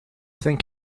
think